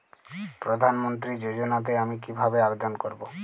প্রধান মন্ত্রী যোজনাতে আমি কিভাবে আবেদন করবো?